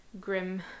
grim